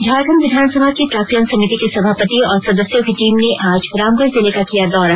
झारखंड विधानसभा की प्राक्कलन समिति के सभापति और सदस्यों की टीम ने आज रामगढ़ जिले का किया दौरा